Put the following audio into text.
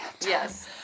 Yes